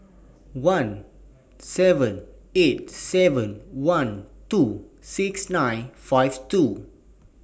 one seven eight seven one two six nine five two